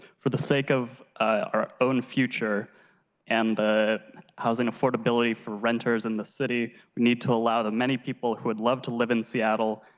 for the sake of our own future and the housing affordability for renters in the city, we need to allow the many people who would love to live in seattle,